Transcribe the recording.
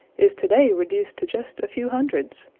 is to-day reduced to just a few hundreds,